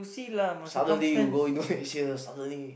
suddenly you go Indonesia suddenly